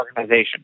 organization